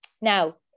Now